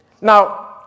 Now